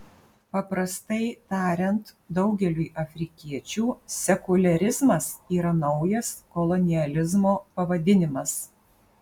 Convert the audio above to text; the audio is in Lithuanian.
paprastai tariant daugeliui afrikiečių sekuliarizmas yra naujas kolonializmo pavadinimas